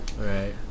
Right